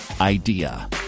idea